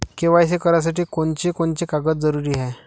KYC करासाठी कोनची कोनची कागद जरुरी हाय?